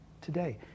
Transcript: today